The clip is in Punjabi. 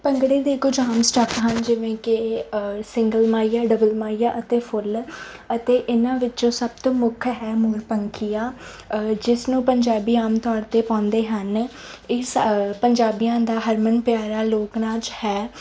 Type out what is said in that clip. ਭੰਗੜੇ ਦੇ ਕੁਝ ਆਮ ਸਟੈਪ ਹਨ ਜਿਵੇਂ ਕਿ ਸਿੰਗਲ ਮਾਹੀਆ ਡਬਲ ਮਾਹੀਆ ਅਤੇ ਫੁੱਲ ਅਤੇ ਇਹਨਾਂ ਵਿੱਚੋਂ ਸਭ ਤੋਂ ਮੁੱਖ ਹੈ ਮੋਰ ਪੰਖੀਆ ਜਿਸ ਨੂੰ ਪੰਜਾਬੀ ਆਮ ਤੌਰ 'ਤੇ ਪਾਉਂਦੇ ਹਨ ਇਹ ਪੰਜਾਬੀਆਂ ਦਾ ਹਰਮਨ ਪਿਆਰਾ ਲੋਕ ਨਾਚ ਹੈ